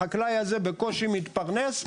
החקלאי הזה בקושי מתפרנס,